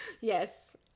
Yes